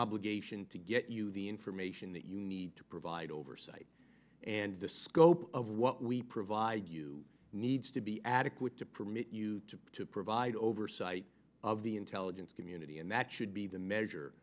obligation to get you the information that you need to provide oversight and the scope of what we provide you need to be adequate to permit you to provide oversight of the into community and that should be the